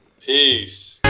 Peace